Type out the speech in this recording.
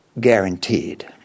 guaranteed